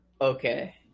Okay